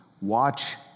Watch